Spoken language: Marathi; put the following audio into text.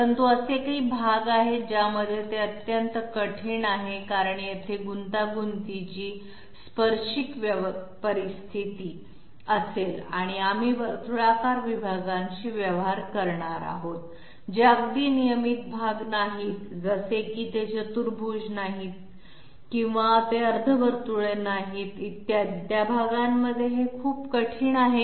परंतु असे काही भाग आहेत ज्यामध्ये ते अत्यंत कठीण आहे कारण तेथे खूप गुंतागुंतीची स्पर्शिक परिस्थिती असेल आणि आम्ही वर्तुळाकार विभागांशी व्यवहार करणार आहोत जे अगदी नियमित भाग नाहीत जसे की ते चतुर्भुज नाहीत किंवा ते अर्धवर्तुळे नाहीत इत्यादी त्या भागांमध्ये ते खूप कठीण आहे